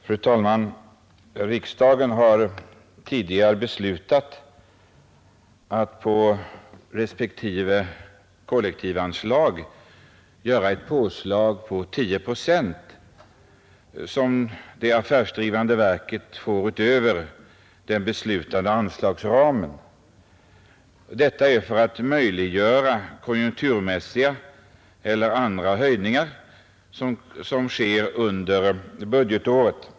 Fru talman! Riksdagen har tidigare beslutat att på respektive kollektivanslag göra ett påslag på 10 procent som det affärsdrivande verket får utöver den beslutade anslagsramen. Detta sker för att möjliggöra konjunkturmässiga eller andra höjningar som sker under budgetåret.